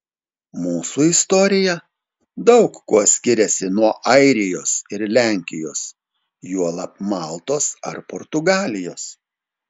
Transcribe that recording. mūsų istorija daug kuo skiriasi nuo airijos ir lenkijos juolab maltos ar portugalijos